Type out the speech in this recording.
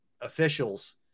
officials